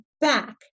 back